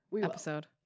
episode